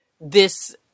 this-